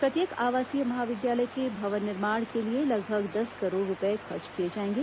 प्रत्येक आवासीय महाविद्यालय के भवन निर्माण के लिए लगभग दस करोड़ रूपये खर्च किए जाएंगे